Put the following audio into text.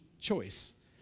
choice